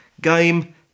game